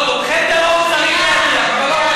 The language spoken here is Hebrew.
לא, תומכי טרור צריך להדיח.